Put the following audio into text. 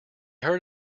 heard